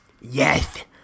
Yes